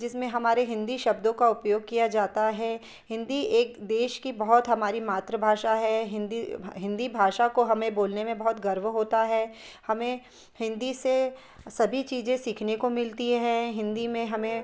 जिसमें हमारे हिंदी शब्दों का उपयोग किया जाता है हिंदी एक देश की बहुत हमारी मातृभाषा है हिंदी हिंदी भाषा को हमें बोलने में बहुत गर्व होता है हमें हिंदी से सभी चीजें सीखने को मिलती हैं हिंदी में हमें